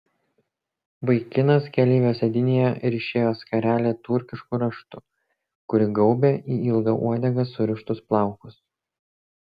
vaikinas keleivio sėdynėje ryšėjo skarelę turkišku raštu kuri gaubė į ilgą uodegą surištus plaukus